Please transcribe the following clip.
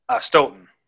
Stoughton